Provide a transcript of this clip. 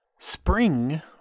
Spring